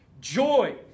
Joy